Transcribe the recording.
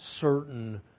certain